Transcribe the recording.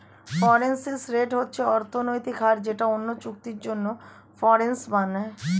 reference rate হচ্ছে অর্থনৈতিক হার যেটা অন্য চুক্তির জন্য রেফারেন্স বানায়